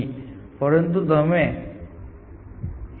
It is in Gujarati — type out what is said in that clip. જો તમે તેની કલ્પના કરી શકો તો આવો ક્રોસ સેક્શન જેવું થોડું લાગે છે આ રીતે